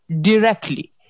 directly